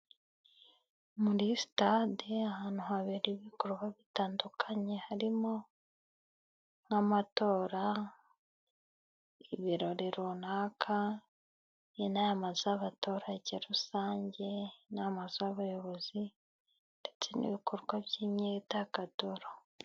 Muri sitade ahantu habera ibikorwa bitandukanye harimo: nk'amatora ,ibirori runaka, inama z'abaturage rusange, inama z'abayobozi ndetse n'ibikorwa by'imyidagaduro.